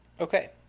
Okay